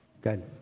good